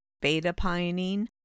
beta-pinene